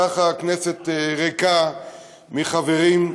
ככה הכנסת ריקה מחברים,